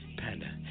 panda